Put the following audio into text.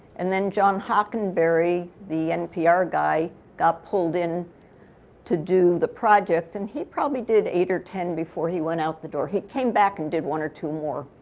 and then john hockenberry, the npr guy, got pulled in to do the project. and he probably did eight or ten before he went out the door. he came back and did one or two more.